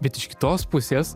bet iš kitos pusės